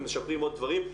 ומשפרים עוד דברים.